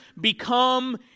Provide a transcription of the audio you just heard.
become